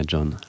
John